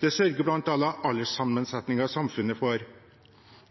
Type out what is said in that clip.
Det sørger bl.a. alderssammensetningen i samfunnet for.